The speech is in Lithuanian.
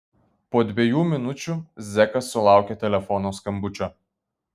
po dviejų minučių zekas sulaukė telefono skambučio